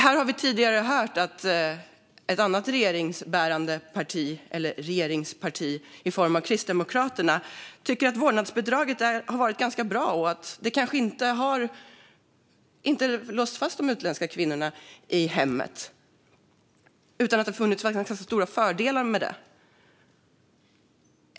Här har vi tidigare hört att ett annat regeringsparti, Kristdemokraterna, tycker att vårdnadsbidraget har varit ganska bra och att det kanske inte har låst fast de utländska kvinnorna i hemmet utan att det har funnits ganska stora fördelar med det.